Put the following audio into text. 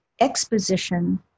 exposition